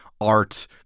art